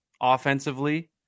offensively